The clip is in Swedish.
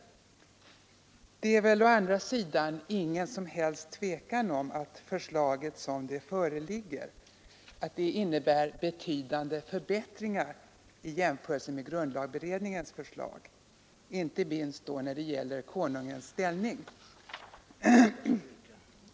Det är väl å andra sidan ingen som helst tvekan om att förslaget som det föreligger innebär betydande förbättringar i jämförelse med grundlagberedningens förslag, inte minst när det gäller Konungens ställning.